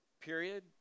period